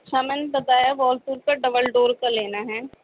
ہاں میں نے بتایا وال پول ڈبل ڈور کا لینا ہیں